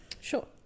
sure